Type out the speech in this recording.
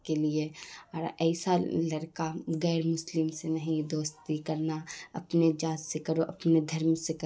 کے لیے اور ایسا لڑکا غیر مسلم سے نہیں دوستی کرنا اپنے جات سے کرو اپنے دھرم سے کر